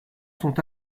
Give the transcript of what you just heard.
sont